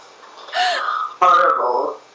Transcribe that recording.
horrible